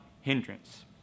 hindrance